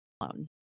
alone